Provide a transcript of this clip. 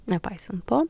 nepaisant to